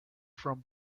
from